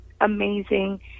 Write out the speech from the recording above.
amazing